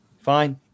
Fine